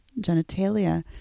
genitalia